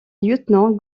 lieutenant